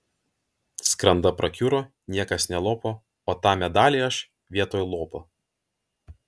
skranda prakiuro niekas nelopo o tą medalį aš vietoj lopo